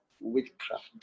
witchcraft